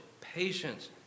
patience